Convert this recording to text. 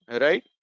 right